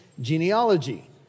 genealogy